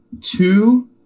two